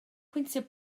pwyntiau